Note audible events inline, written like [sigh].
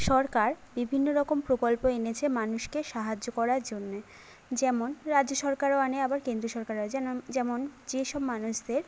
সরকার বিভিন্ন রকম প্রকল্প এনেছে মানুষকে সাহায্য করার জন্যে যেমন রাজ্য সরকার [unintelligible] আবার কেন্দ্র সরকার [unintelligible] যেমন যে সব মানুষদের